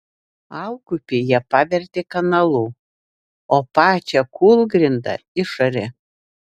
alkupį jie pavertė kanalu o pačią kūlgrindą išarė